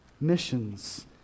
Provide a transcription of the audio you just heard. missions